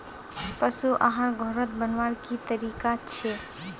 पशु आहार घोरोत बनवार की तरीका सही छे?